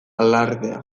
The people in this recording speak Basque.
alardea